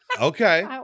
Okay